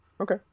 Okay